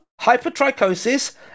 hypertrichosis